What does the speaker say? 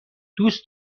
دوست